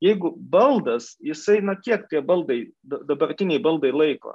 jeigu baldas jisai na kiek tie baldai da dabartiniai baldai laiko